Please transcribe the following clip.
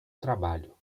trabalho